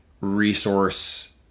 resource